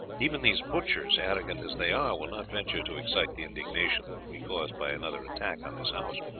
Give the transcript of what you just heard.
even these butchers, arrogant as they are, will not venture to excite the indignation that would be caused by another attack on this house.